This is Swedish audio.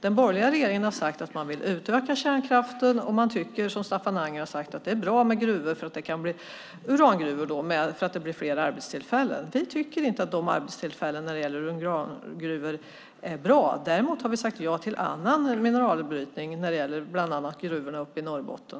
Den borgerliga regeringen har sagt att man vill utöka kärnkraften och tycker, som Staffan Anger har sagt, att det är bra med urangruvor så att det blir fler arbetstillfällen. Vi tycker inte att arbetstillfällen när det gäller urangruvor är bra. Däremot har vi sagt ja till annan mineralbrytning när det gäller bland annat gruvorna i Norrbotten.